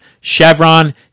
Chevron